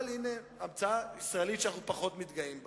אבל הנה, המצאה ישראלית שאנחנו פחות מתגאים בה.